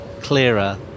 clearer